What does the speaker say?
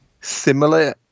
similar